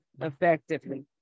effectively